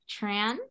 Tran